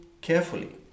carefully